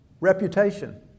reputation